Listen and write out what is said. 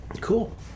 Cool